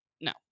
no